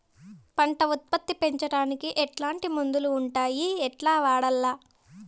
పంట ఉత్పత్తి పెంచడానికి ఎట్లాంటి మందులు ఉండాయి ఎట్లా వాడల్ల?